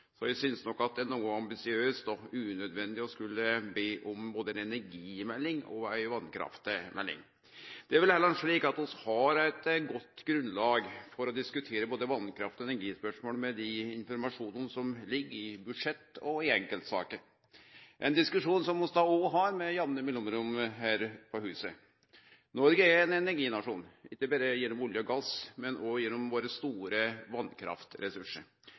så eg synest nok det er noko ambisiøst og unødvendig å skulle be om både ei energimelding og ei vasskraftmelding. Vi har eit godt grunnlag for å diskutere både vasskraft og energispørsmål med den informasjonen som ligg i budsjett og i enkeltsaker – ein diskusjon vi òg har med jamne mellomrom her på huset. Noreg er ein energinasjon, ikkje berre gjennom olje og gass, men òg gjennom våre store